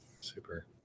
Super